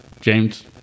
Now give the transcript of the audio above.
James